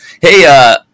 hey